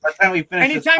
anytime